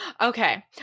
Okay